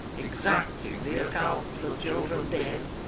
exacting the accompt for children dead,